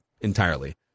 entirely